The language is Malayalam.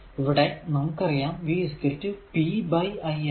ഇവിടെ നമുക്കറിയാം v p i ആണ്